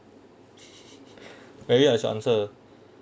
maybe I should answer